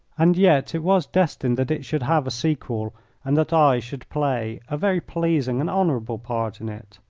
and yet it was destined that it should have a sequel and that i should play a very pleasing and honourable part in it.